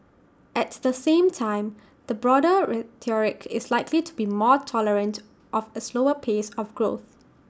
at the same time the broader rhetoric is likely to be more tolerant of A slower pace of growth